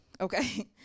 okay